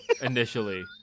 initially